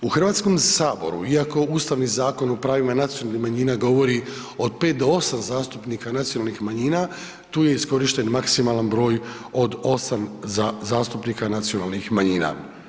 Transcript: U Hrvatskom saboru iako Ustavni zakon o pravima nacionalnih manjina govori od 5 do 8 zastupnika nacionalnih manjina, tu je iskorišten maksimalan broj od 8 zastupnika nacionalnih manjina.